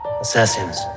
assassins